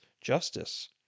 justice